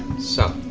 so.